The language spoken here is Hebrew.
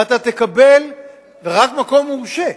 ואתה תקבל רק מקום מורשה,